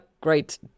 great